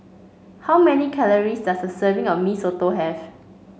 how many calories does a serving of Mee Soto have